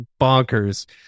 bonkers